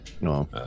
No